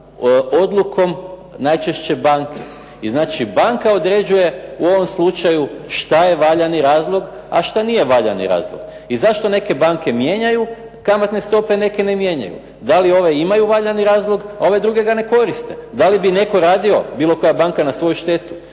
odlukom najčešće banke. I znači, banka određuje u ovom slučaju šta je valjani razlog a šta nije valjani razlog i zašto neke banke mijenjaju kamatne stope a neke ne mijenjaju, da li ove imaju valjani razlog a ove druge ga ne koriste. Da li bi netko radio bilo koja banka na svoju štetu?